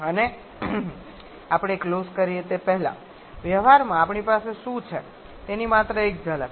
અને આપણે ક્લોઝ કરીએ તે પહેલાં વ્યવહારમાં આપણી પાસે શું છે તેની માત્ર એક ઝલક